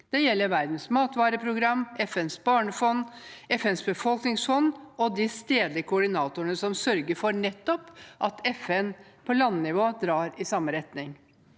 Det gjelder Verdens matvareprogram, FNs barnefond, FNs befolkningsfond og de stedlige koordinatorene som nettopp sørger for at FN på landnivå drar i samme retning.